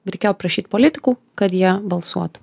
reikėjo prašyt politikų kad jie balsuotų